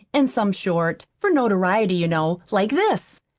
an' some short, for notoriety, you know, like this.